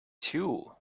too